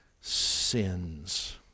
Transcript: sins